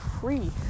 free